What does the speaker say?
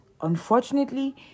Unfortunately